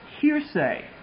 hearsay